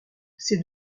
ces